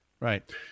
Right